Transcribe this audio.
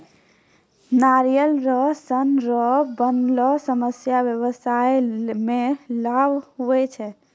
नारियल रो सन रो बनलो समान व्याबसाय मे लाभ हुवै छै